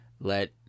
let